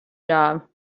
job